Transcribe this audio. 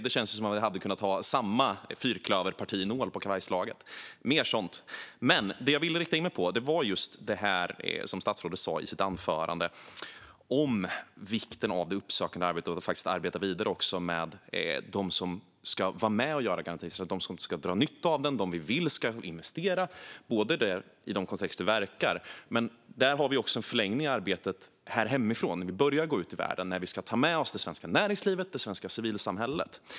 Det känns som att vi hade kunnat ha samma fyrklöverpartinål på kavajslaget. Mer sådant! Det jag vill rikta in mig på är just det som statsrådet sa i sitt anförande om vikten av det uppsökande arbetet och av att arbeta vidare med dem som ska vara med och göra garantin och dem som ska dra nytta av den. Det handlar om dem som vi vill ska investera i de kontexter vi verkar. Men där har vi har vi också en förlängning av arbetet här hemifrån. Vi börjar gå ut i världen när vi ska ta med oss det svenska näringslivet och det svenska civilsamhället.